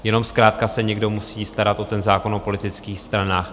Jenom zkrátka se někdo musí starat o ten zákon o politických stranách.